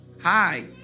hi